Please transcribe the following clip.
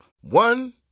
One